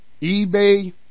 eBay